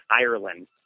Ireland